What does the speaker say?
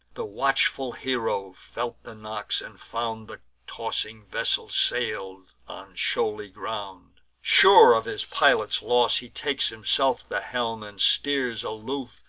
the watchful hero felt the knocks, and found the tossing vessel sail'd on shoaly ground. sure of his pilot's loss, he takes himself the helm, and steers aloof,